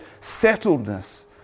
settledness